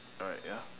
alright ya